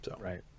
Right